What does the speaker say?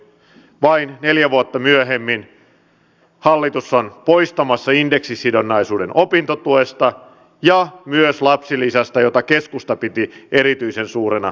ja nyt vain neljä vuotta myöhemmin hallitus on poistamassa indeksisidonnaisuuden opintotuesta ja myös lapsilisästä jota keskusta piti erityisen suurena voittona silloin